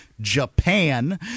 japan